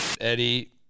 Eddie